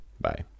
Bye